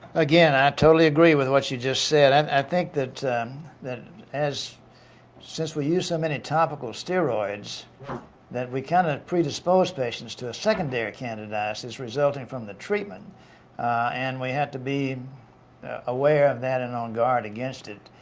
again i totally agree with what you just said i think that that since we use so many topical steroids that we can predispose patients to secondary candidiasis resulting from the treatment and we have to be aware of that, and on guard against it.